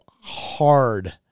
hard